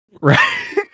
Right